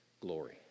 glory